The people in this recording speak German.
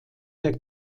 der